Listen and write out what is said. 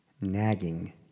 Nagging